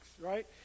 right